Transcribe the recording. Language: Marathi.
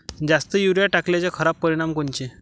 जास्त युरीया टाकल्याचे खराब परिनाम कोनचे?